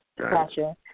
Gotcha